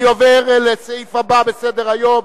אני עובר לסעיף הבא בסדר-היום.